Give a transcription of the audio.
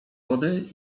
wody